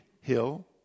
hill